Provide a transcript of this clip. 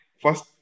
first